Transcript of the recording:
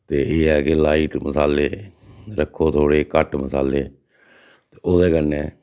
ते एह् ऐ के लाइट मसाले रक्खो थोह्ड़े घट्ट मसाले ते ओह्दे कन्नै